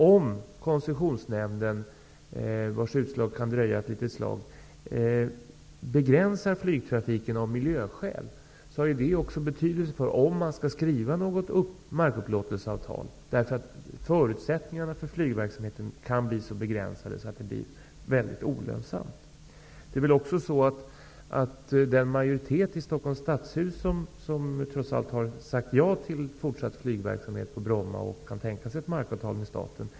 Om koncessionsnämnden, vars beslut kan dröja, begränsar flygtrafiken av miljöskäl, har det betydelse för om man skall skriva något markupplåtelseavtal. Förutsättningarna för flygverksamheten kan bli så begränsade att den blir olönsam. Det är en majoritet i Stockholms stadshus som har sagt ja till fortsatt flygverksamhet på Bromma och kan tänka sig ett markavtal med staten.